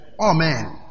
Amen